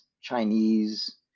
chinese